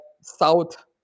South